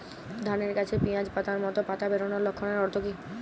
ধানের গাছে পিয়াজ পাতার মতো পাতা বেরোনোর লক্ষণের অর্থ কী?